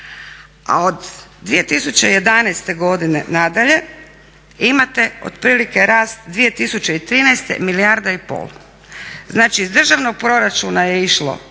a od 2011. nadalje imate otprilike rast 2013. milijarda i pol. Znači iz državnog proračuna je išlo